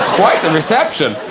quite the reception